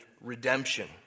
redemption